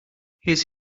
his